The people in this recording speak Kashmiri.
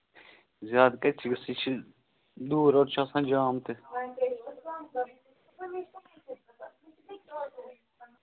زیادٕ کَتہِ چھُ یُس یہِ چھُ دوٗر حظ چھُ آسان جام کٲفی